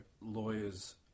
lawyers